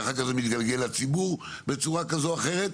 ואחר כך זה מתגלגל לציבור בצורה כזו או אחרת.